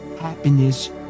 happiness